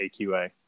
AQA